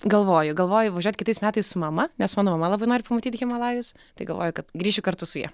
galvoju galvoju važiuot kitais metais su mama nes mano mama labai nori pamatyt himalajus tai galvoju kad grįšiu kartu su ja